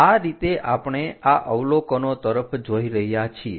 આ રીતે આપણે આ અવલોકનો તરફ જોઈ રહ્યા છીએ